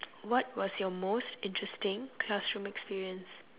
what was your most interesting classroom experience